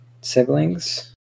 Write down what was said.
siblings